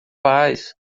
paz